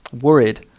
worried